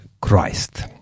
Christ